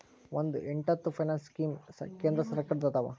ಒಂದ್ ಎಂಟತ್ತು finance scheme ಕೇಂದ್ರ ಸರ್ಕಾರದ್ದ ಅದಾವ